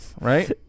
Right